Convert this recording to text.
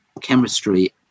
Chemistry